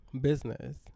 business